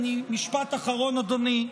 משפט אחרון, אדוני.